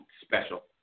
special